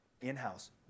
In-house